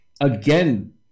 again